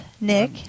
nick